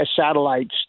satellites